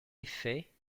effet